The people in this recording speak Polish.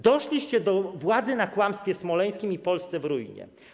Doszliście do władzy na kłamstwie smoleńskim i Polsce w ruinie.